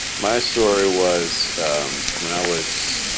my story was when i was